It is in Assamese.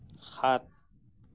সাত